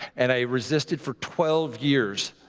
and i resisted for twelve years,